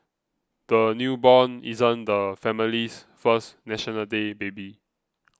the newborn isn't the family's first National Day baby